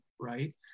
right